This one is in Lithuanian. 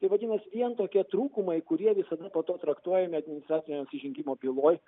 tai vadinasi vien tokie trūkumai kurie visada po to traktuojami administracinio nusižengimo byloj